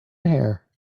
here